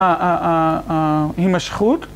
ההימשכות